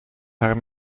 haar